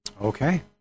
Okay